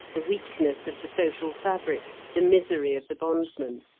the weakness of the social fabric, the misery of the bondsmen.